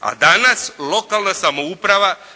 A danas lokalna samouprava